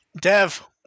Dev